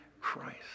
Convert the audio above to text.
Christ